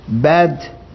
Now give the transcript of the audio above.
bad